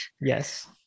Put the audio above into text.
Yes